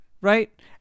right